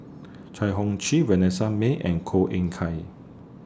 Chai Hon Vanessa Mae and Koh Eng Kian